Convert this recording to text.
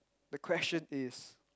the question is